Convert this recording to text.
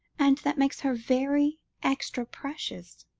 and that makes her very extra precious.